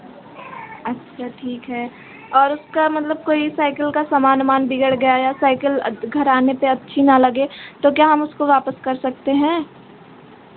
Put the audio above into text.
अच्छा ठीक है और उसका मतलब कोई साइकिल का सामान उमान बिगड़ गया या साइकिल घर आने पर अच्छी न लगे तो क्या हम उसको वापस कर सकते हैं